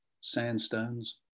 sandstones